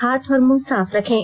हाथ और मुंह साफ रखें